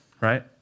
right